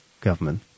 government